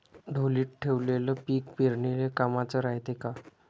ढोलीत ठेवलेलं पीक पेरनीले कामाचं रायते का?